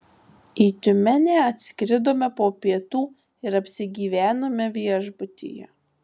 į tiumenę atskridome po pietų ir apsigyvenome viešbutyje